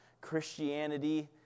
Christianity